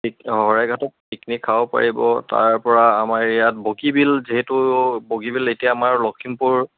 পিক অঁ শৰাইঘাটত পিকনিক খাব পাৰিব তাৰপৰা আমাৰ ইয়াত বগীবিল যিহেতু বগীবিল এতিয়া আমাৰ লখিমপুৰ